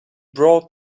brought